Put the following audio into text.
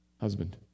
Husband